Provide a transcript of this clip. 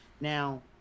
Now